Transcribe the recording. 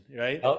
Right